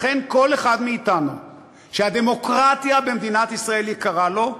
לכן כל אחד מאתנו שהדמוקרטיה במדינת ישראל יקרה לו,